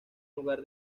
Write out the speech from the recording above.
lugar